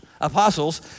apostles